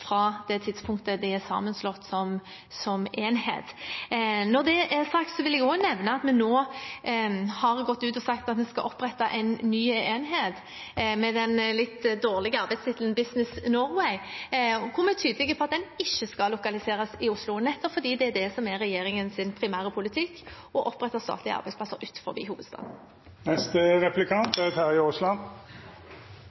fra det tidspunktet de er sammenslått som enhet. Når det er sagt, vil jeg også nevne at vi nå har gått ut og sagt at vi skal opprette en ny enhet med den litt dårlige arbeidstittelen Business Norway, hvor vi er tydelige på at den ikke skal lokaliseres i Oslo, nettopp fordi det er det som er regjeringens primære politikk – å opprette statlige arbeidsplasser